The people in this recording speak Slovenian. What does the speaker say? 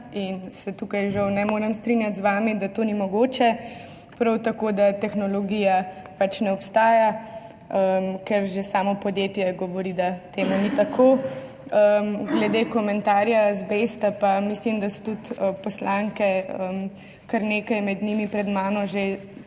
in se tukaj žal ne morem strinjati z vami, da to ni mogoče. Prav tako, da tehnologija ne obstaja, ker že samo podjetje govori, da to ni tako. Glede komentarja o azbestu pa mislim, da so tudi poslanke, kar nekaj med njimi že pred mano v